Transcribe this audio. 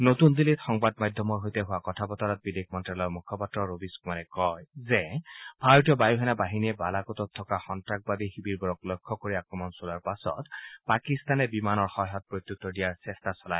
নতুন দিল্লীত সংবাদ মাধ্যমৰ সৈতে হোৱা কথা বতৰাত বিদেশ মন্ত্ৰালয়ৰ মুখপাত্ৰ ৰবিশ কুমাৰে কয় যে ভাৰতীয় বায়ুসেনা বাহিনীয়ে বালাকোটত থকা সন্তাসবাদী শিবিৰবোৰক লক্ষ্য কৰি আক্ৰমণ চলোৱাৰ পাছত পাকিস্তানে বিমানৰ সহায়ত প্ৰত্যুত্তৰ দিয়াৰ চেষ্টা চলায়